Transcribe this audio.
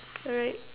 alright